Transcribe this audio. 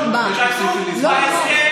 היושבת-ראש,